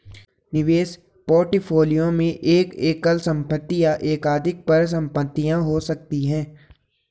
निवेश पोर्टफोलियो में एक एकल संपत्ति या एकाधिक परिसंपत्तियां हो सकती हैं